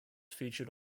featured